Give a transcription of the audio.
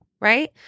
right